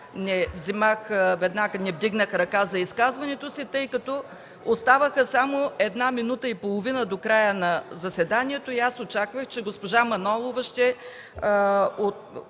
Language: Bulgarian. защо вчера не вдигнах ръка за изказването си, тъй като оставаха само една минута и половина до края на заседанието и очаквах, че госпожа Манолова ще …